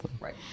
Right